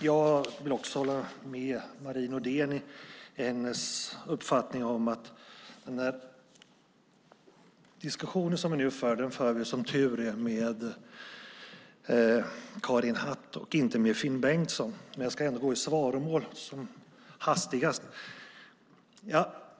Herr talman! Jag håller med Marie Nordén: Som tur är för vi en diskussion med Anna-Karin Hatt och inte med Finn Bengtsson. Jag ska ändå gå i svaromål som hastigast.